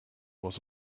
was